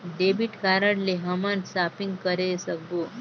Debit card ले हमन shopping करे सकबो?